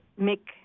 make